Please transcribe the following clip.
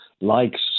likes